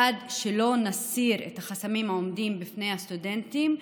עד שלא נסיר את החסמים העומדים בפני הסטודנטים,